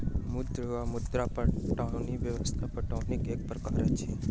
मद्दु वा मद्दा पटौनी व्यवस्था पटौनीक एक प्रकार अछि